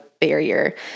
barrier